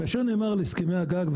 כאשר נאמר על הסכמי הגג,